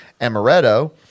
amaretto